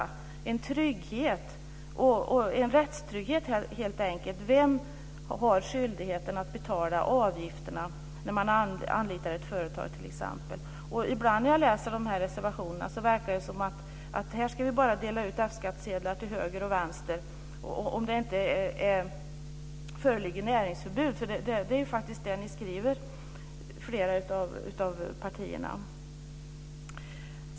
Det handlar helt enkelt om en rättstrygghet. Vem har skyldighet att betala avgifterna när man anlitar ett företag t.ex.? När jag läser de här reservationerna verkar det ibland som om vi bara ska dela ut F-skattsedlar till höger och vänster om det inte föreligger näringsförbud. Det är faktiskt det flera av partierna skriver.